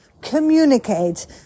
communicate